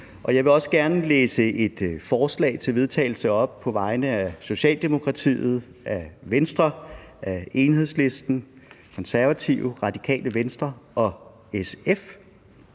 jeg vil også gerne læse et forslag til vedtagelse op på vegne af Socialdemokratiet, Venstre, Enhedslisten, Konservative, Radikale Venstre og SF,